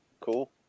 cool